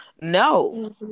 no